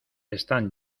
están